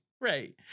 Right